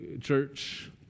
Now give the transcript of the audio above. church